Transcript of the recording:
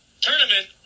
tournament